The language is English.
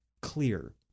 clear